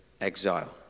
exile